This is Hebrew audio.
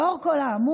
לאור כל האמור,